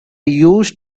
used